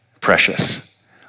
precious